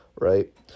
right